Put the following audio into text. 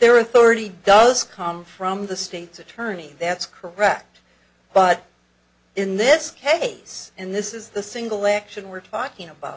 their authority does come from the state's attorney that's correct but in this case and this is the single election we're talking about